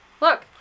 look